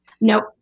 nope